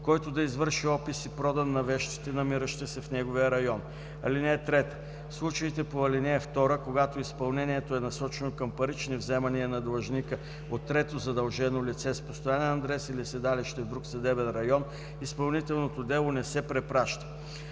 който да извърши опис и продан на вещите, намиращи се в неговия район. (3) В случаите по ал. 2, когато изпълнението е насочено към парични вземания на длъжника от трето задължено лице с постоянен адрес или седалище в друг съдебен район, изпълнителното дело не се препраща.